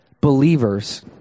believers